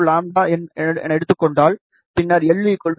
02 λ எடுத்துக் கொண்டால் பின்னர் l 0